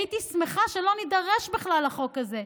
הייתי שמחה שלא נידרש בכלל לחוק הזה,